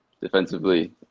Defensively